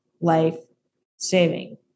life-saving